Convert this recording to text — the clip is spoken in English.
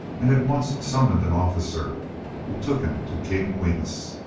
and at once summoned an officer who took him to king quimus.